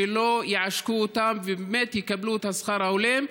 שלא יעשקו אותם והם באמת יקבלו את השכר ההולם,